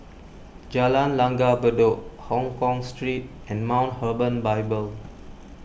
Jalan Langgar Bedok Hongkong Street and Mount Hermon Bible